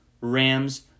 Rams